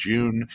June